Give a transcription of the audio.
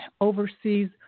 oversees